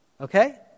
Okay